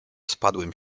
spadłym